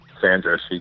Sandra